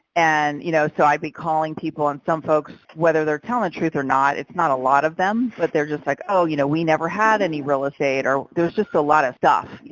and you know, so i'd be calling people and some folks, whether they're telling truth or not, it's not a lot of them, but they're just like, oh, you know, we never had any real estate or there's just a lot of stuff,